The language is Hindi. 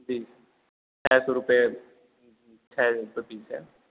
जी छः सौ रुपये छः रुपये पीस है